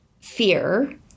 fear